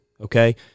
okay